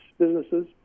businesses